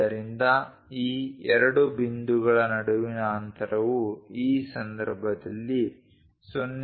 ಆದ್ದರಿಂದ ಈ ಎರಡು ಬಿಂದುಗಳ ನಡುವಿನ ಅಂತರವು ಈ ಸಂದರ್ಭದಲ್ಲಿ 0